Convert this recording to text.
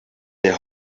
their